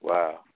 Wow